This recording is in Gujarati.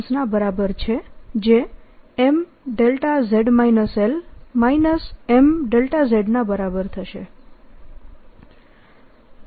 H ના બરાબર છે જે Mδz L Mδ ના બરાબર થશે